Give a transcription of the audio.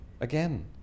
again